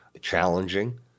challenging